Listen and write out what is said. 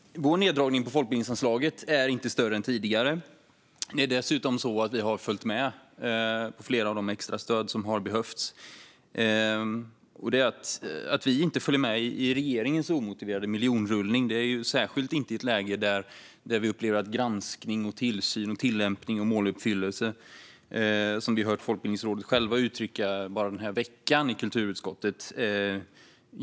Vår neddragning på folkbildningsanslaget är inte större än tidigare. Det är dessutom så att vi har följt med flera av de extra stöd som har behövts. Vi följer inte med i regeringens omotiverade miljonrullning, särskilt inte i ett läge där vi upplever brister i granskning, tillsyn, tillämpning och måluppfyllelse, något som vi har hört Folkbildningsrådet själva uttrycka bara den här veckan i kulturutskottet.